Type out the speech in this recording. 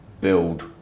build